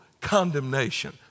condemnation